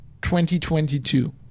2022